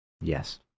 Yes